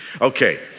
Okay